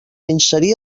inserir